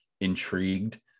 intrigued